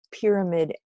pyramid